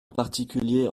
particulier